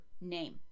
name